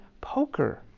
poker